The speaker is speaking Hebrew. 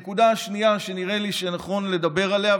הנקודה השנייה שנראה לי שנכון לדבר עליה,